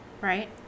Right